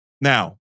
Now